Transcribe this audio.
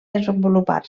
desenvolupar